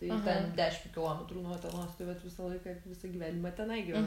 tai ten dešim kilometrų nuo utenos tai vat visą laiką visą gyvenimą tenai gyvenau